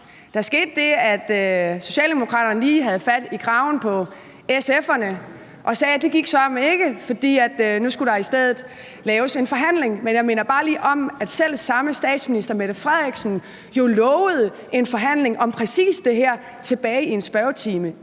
Der skete det, at Socialdemokraterne lige havde fat i kraven på SF'erne og sagde, at det gik søreme ikke, fordi der nu i stedet skulle laves en forhandling. Men jeg minder bare lige om, at selv samme statsminister jo lovede en forhandling om præcis det her tilbage i en spørgetime